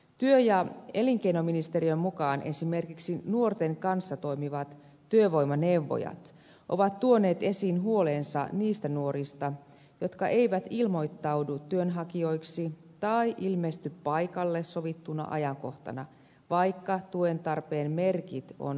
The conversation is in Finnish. työ ja elinkeinoministeriön mukaan esimerkiksi nuorten kanssa toimivat työvoimaneuvojat ovat tuoneet esiin huolensa niistä nuorista jotka eivät ilmoittaudu työnhakijoiksi tai ilmesty paikalle sovittuna ajankohtana vaikka tuen tarpeen merkit on tunnistettu